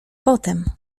potem